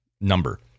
number